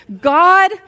God